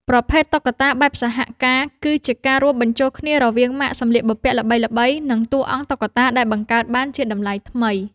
ប្រភេទ តុក្កតាបែបសហការ គឺជាការរួមបញ្ចូលគ្នារវាងម៉ាកសម្លៀកបំពាក់ល្បីៗ និងតួអង្គតុក្កតាដែលបង្កើតបានជាតម្លៃថ្មី។